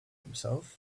himself